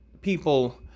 people